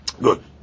Good